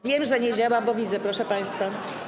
Wiem, że nie działa, bo widzę, proszę państwa.